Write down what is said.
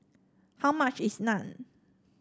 how much is Naan